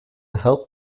help